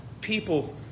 people